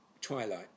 Twilight